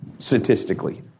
statistically